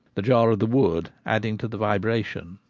the jar of the wood adding to the vibration.